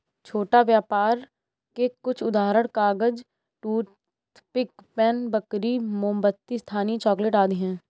छोटा व्यापर के कुछ उदाहरण कागज, टूथपिक, पेन, बेकरी, मोमबत्ती, स्थानीय चॉकलेट आदि हैं